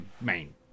main